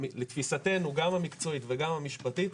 לתפיסתנו, גם המקצועית וגם המשפטית,